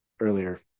earlier